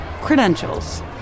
credentials